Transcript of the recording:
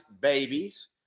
babies